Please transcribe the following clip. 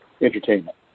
entertainment